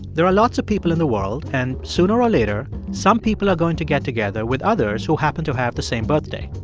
there are lots of people in the world, and sooner or later, some people are going to get together with others who happen to have the same birthday.